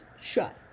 shut